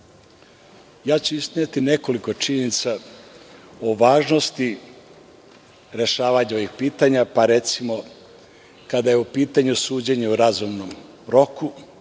sistem. Izneću nekoliko činjenica o važnosti rešavanja ovih pitanja, pa recimo, kada je u pitanju suđenje u razumnom roku,